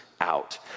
out